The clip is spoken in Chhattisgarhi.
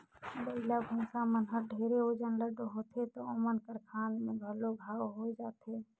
बइला, भइसा मन हर ढेरे ओजन ल डोहथें त ओमन कर खांध में घलो घांव होये जाथे